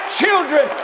children